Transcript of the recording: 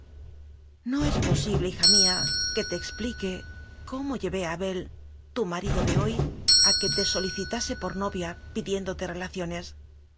no es posible hija mía que te explique ocómollevé a abel tu marido de hoy a que te solicitase por novia pidiéndote relacionés